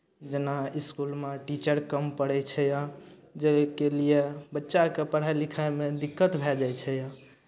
जेना इसकुलमे टीचर कम पड़ै छै आ जाहिके लिए बच्चाकेँ पढ़ाइ लिखाइमे दिक्कत भए जाइ छै आ